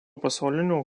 pasaulinio